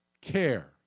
care